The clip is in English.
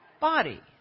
body